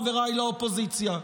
חבריי לאופוזיציה: